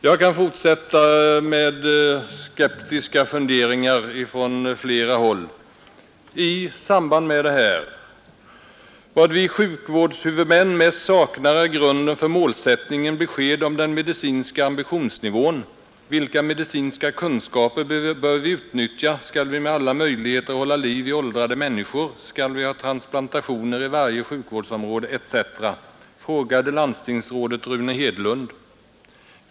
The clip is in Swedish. Jag kan fortsätta med skeptiska funderingar från flera håll i samband med det här: ”Vad vi sjukvårdshuvudmän mest saknar är grunden för målsättningen, besked om den medicinska ambitionsnivån. Vilka medicinska kunskaper bör vi utnyttja, skall vi med alla möjligheter hålla liv i åldrade människor, skall vi ha transplantationer i varje sjukvårdsområde etc.? frågade landstingsrådet Rune Hedlund.